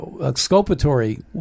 Exculpatory